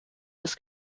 des